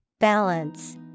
Balance